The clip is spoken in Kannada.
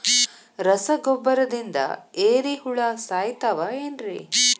ರಸಗೊಬ್ಬರದಿಂದ ಏರಿಹುಳ ಸಾಯತಾವ್ ಏನ್ರಿ?